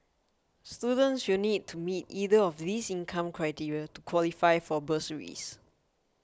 students will need to meet either of these income criteria to qualify for bursaries